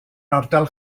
ardal